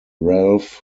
ralph